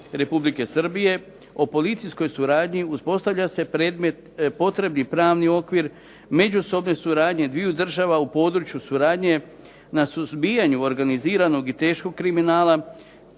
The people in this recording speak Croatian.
Republike Srbije o policijskoj suradnji uspostavlja se predmet potrebni pravni okvir međusobne suradnje dviju država u području suradnje na suzbijanju organiziranog i teškog kriminala